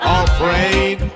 afraid